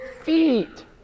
feet